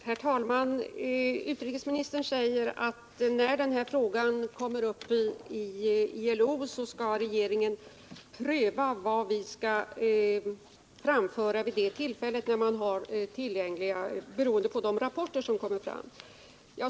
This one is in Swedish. Herr talman! Utrikesministern säger att när frågan kommer upp i ILO skall regeringen pröva vad som skall framföras mot bakgrund av de rapporter som då kommer att lämnas.